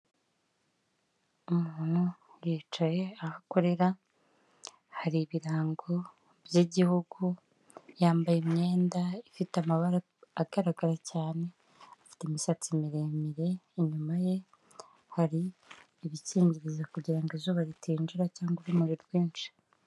Umuntu yicaye ahakorera hari ibirango by'igihugu yambaye imyenda ifite amabara agaragara cyane, afite imisatsi miremire, inyuma ye hari ibikingirizo kugira ngo izuba ritinjira cyangwa urumuri rwinshi.